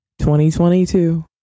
2022